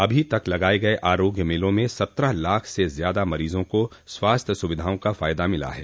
अभी तक लगाये गये आरोग्य मेलों में सत्रह लाख से ज्यादा मरीजों को स्वास्थ्य सुविधाओं का फ़ायदा मिला है